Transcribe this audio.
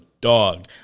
dog